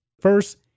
First